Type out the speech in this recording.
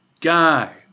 guy